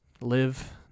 live